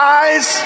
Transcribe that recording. eyes